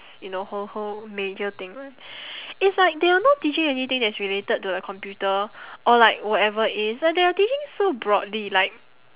~s you know whole whole major thing it's like they are not teaching anything that's related to the computer or like whatever it is like they are teaching so broadly like